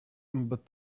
but